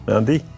Andy